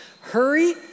hurry